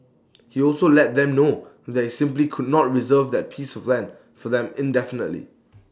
he also let them know that he simply could not reserve that piece of land for them indefinitely